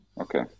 Okay